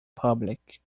public